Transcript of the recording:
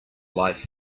life